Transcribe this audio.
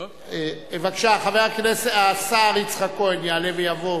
בבקשה, השר יצחק כהן יעלה ויבוא,